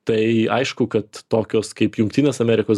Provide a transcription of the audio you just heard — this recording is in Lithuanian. tai aišku kad tokios kaip jungtinės amerikos